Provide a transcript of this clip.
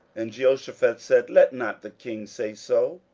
and jehoshaphat said, let not the king say so.